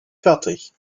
fertig